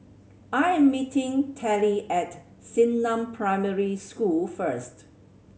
I am meeting Tallie at Xingnan Primary School first